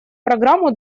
программу